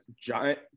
Giant